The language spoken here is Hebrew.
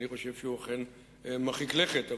אני חושב שהוא אכן מרחיק לכת.